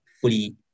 fully